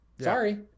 sorry